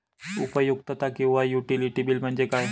उपयुक्तता किंवा utility bill म्हणजे काय?